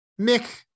Mick